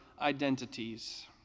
identities